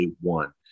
one